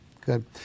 good